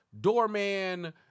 doorman